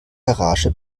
garage